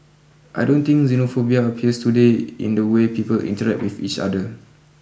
I don't think Xenophobia appears today in the way people interact with each other